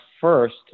first